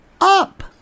up